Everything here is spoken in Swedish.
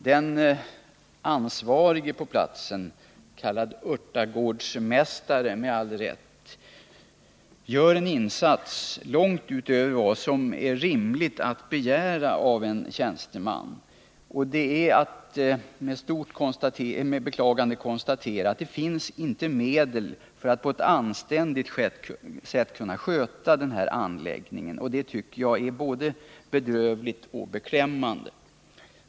Den på platsen ansvarige, med all rätt kallad örtagårdsmästare, gör en insats långt utöver vad som är rimligt att begära av en tjänsteman. Man måste konstatera att det inte finns medel att på ett anständigt sätt sköta denna anläggning, vilket jag tycker är både bedrövligt och beklämmande.